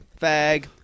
fag